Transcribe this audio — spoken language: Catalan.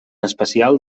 especial